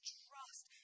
trust